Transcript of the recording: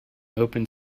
opened